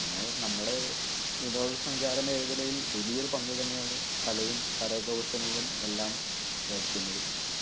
അങ്ങനെ നമ്മുടെ വിനോദസഞ്ചാര മേഖലയിൽ വലിയ ഒരു പങ്കു തന്നെയാണ് കലയും കരകൗശലങ്ങളും എല്ലാം വയ്ക്കുന്നത്